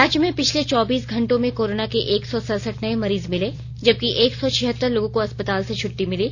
राज्य में पिछले चौबीस घंटों में कोरोना के एक सौ सरसठ नए मरीज मिले जबकि एक सौ छिहत्तर लोगों को अस्पताल से छुट्टी मिली